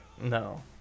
no